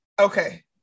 okay